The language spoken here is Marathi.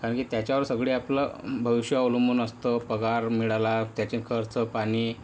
कारण की त्याच्यावर सगळी आपलं भविष्य अवलंबून असतं पगार मिळाला त्याचे खर्च पाणी